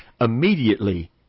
immediately